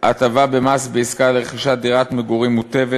(הטבה במס בעסקה לרכישת מגורים מוטבת),